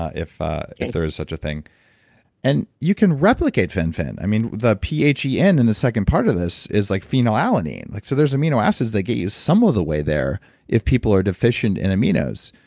ah if ah if there is such a thing and you can replicate fen-phen. i mean the p h e n in the second part of this is like phenylalanine, like so there's amino acids that get you some of the way there if people are deficient in aminos.